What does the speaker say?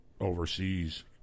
overseas